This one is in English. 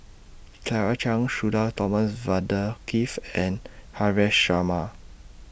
Claire Chiang Sudhir Thomas Vadaketh and Haresh Sharma